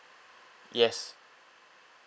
yes